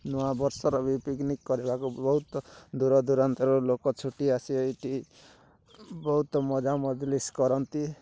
ନୂଆ ବର୍ଷର ବି ପିକ୍ନିକ୍ କରିବାକୁ ବି ବହୁତ ଦୂରଦୂରାନ୍ତରୁ ଲୋକ ଛୁଟି ଆସି ଏଇଠି ବହୁତ ମଜା ମଜଳିସ୍ କରନ୍ତି